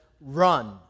run